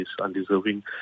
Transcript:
undeserving